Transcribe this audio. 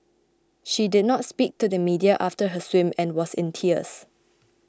she did not speak to the media after her swim and was in tears